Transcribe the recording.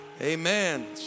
Amen